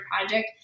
project